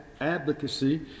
advocacy